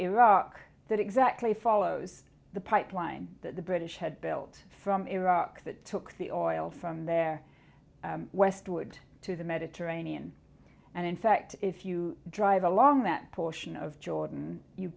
iraq that exactly follows the pipeline that the british had built from iraq that took the oil from there westward to the mediterranean and in fact if you drive along that portion of jordan you